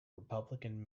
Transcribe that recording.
republican